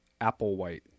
Applewhite